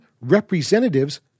representatives